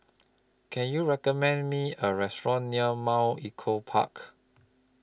Can YOU recommend Me A Restaurant near Mount Echo Park